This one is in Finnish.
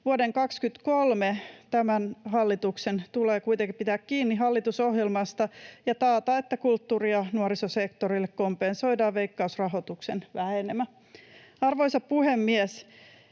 Vuoden 23 osalta tämän hallituksen tulee kuitenkin pitää kiinni hallitusohjelmasta ja taata, että kulttuuri- ja nuorisosektorille kompensoidaan veikkausrahoituksen vähenemä. Arvoisa puhemies!